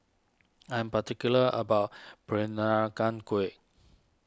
I'm particular about Peranakan Kueh